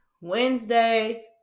Wednesday